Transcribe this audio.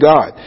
God